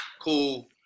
Cool